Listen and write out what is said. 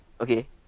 Okay